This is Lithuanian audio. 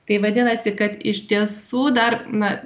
tai vadinasi kad iš tiesų dar na